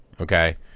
Okay